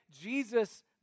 Jesus